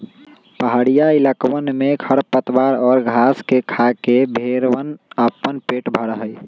पहड़ीया इलाकवन में खरपतवार और घास के खाके भेंड़वन अपन पेट भरा हई